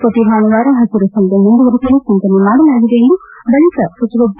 ಪ್ರತಿ ಭಾನುವಾರ ಹಸಿರು ಸಂತೆ ಮುಂದುವರಿಸಲು ಚಿಂತನೆ ಮಾಡಲಾಗಿದೆ ಎಂದು ಬಳಿಕ ಸಚಿವ ಜಿ